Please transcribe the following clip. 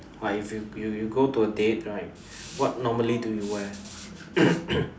like if you you you go to a date right what normally do you wear